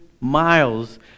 miles